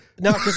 No